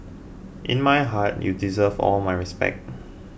in my heart you deserve all my respect